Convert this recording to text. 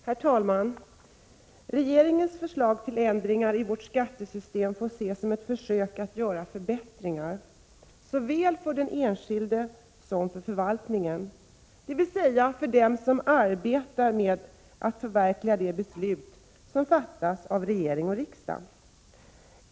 Herr talman! Regeringens förslag till ändringar i vårt skattesystem får ses som ett försök att göra förbättringar såväl för den enskilde som för förvaltningen, dvs. för dem som arbetar med att förverkliga de beslut som fattas av regering och riksdag.